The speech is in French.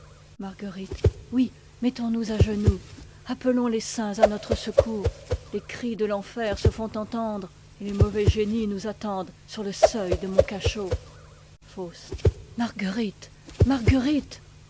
marguerite oui mettons-nous à genoux appelons les t saints à notre secours les cris de l'enfer se font entendre et les mauvais génies nous attendent sur le seuil de mon cachot faust marguerite marguerite